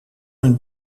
hun